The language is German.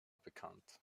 bekannt